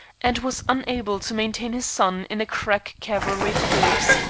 and was unable to maintain his son in a crack cavalry corps,